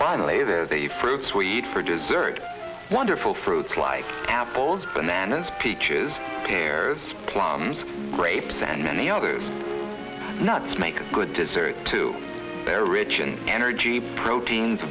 finally there are the fruits we eat for dessert wonderful fruits like apples bananas peaches pears plums grapes and many others nuts make a good dessert to their rich and energy protein